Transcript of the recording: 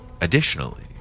additionally